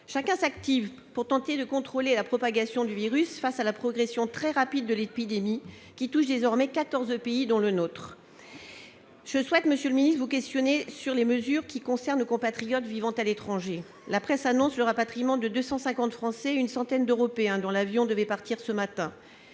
Chacun s'active pour tenter de contrôler la propagation du virus face à la progression très rapide de l'épidémie, qui touche désormais 14 pays, dont le nôtre. Je souhaite vous interroger, monsieur le ministre, sur les mesures concernant nos compatriotes vivant à l'étranger. La presse annonce le rapatriement de 250 Français et une centaine d'Européens, dont l'avion devait partir ce matin.